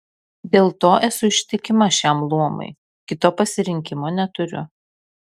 dėl to esu ištikima šiam luomui kito pasirinkimo neturiu